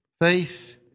faith